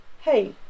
hey